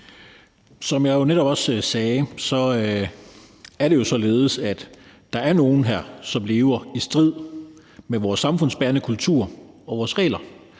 Som jeg jo netop også sagde, er det jo således, at der er nogle her, som lever i strid med vores samfundsbærende kultur og vores regler,